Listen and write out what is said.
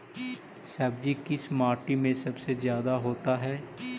सब्जी किस माटी में सबसे ज्यादा होता है?